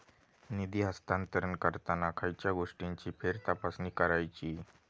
निधी हस्तांतरण करताना खयच्या गोष्टींची फेरतपासणी करायची?